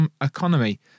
economy